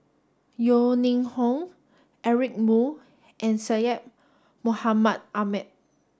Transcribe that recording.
Yeo Ning Hong Eric Moo and Syed Mohamed Ahmed